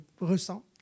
ressent